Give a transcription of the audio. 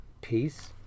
peace